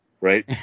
right